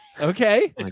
Okay